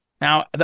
Now